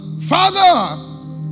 Father